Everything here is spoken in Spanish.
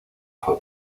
fue